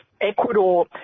Ecuador